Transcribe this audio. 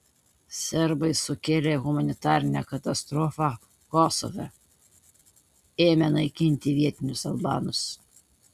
serbai sukėlė humanitarinę katastrofą kosove ėmę naikinti vietinius albanus